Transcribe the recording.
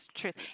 truth